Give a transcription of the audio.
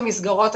המסגרות,